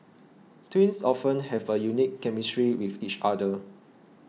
twins often have a unique chemistry with each other